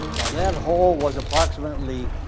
now that hole was approximately,